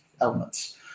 elements